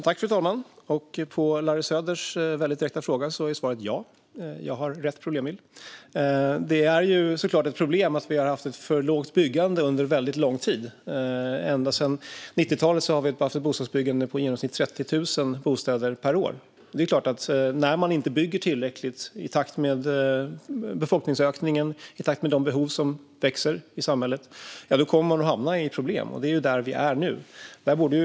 Fru ålderspresident! På Larry Söders direkta fråga är svaret: Ja, jag har rätt problembild. Det är såklart ett problem att vi under lång tid har haft en för låg nivå på byggandet. Ända sedan 90-talet har vi haft ett bostadsbyggande på i genomsnitt 30 000 bostäder per år. När man inte bygger tillräckligt, i takt med befolkningsökningen och i takt med de behov som växer i samhället, är det klart att man kommer att hamna i problem. Det är där vi är nu.